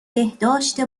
بهداشت